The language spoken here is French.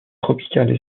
tropicales